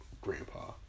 grandpa